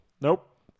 Nope